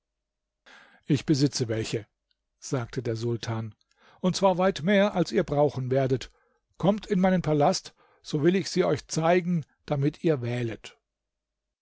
ich besitze welche sagte der sultan und zwar weit mehr als ihr brauchen werdet kommt in meinen palast so will ich sie euch zeigen damit ihr wählet